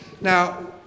Now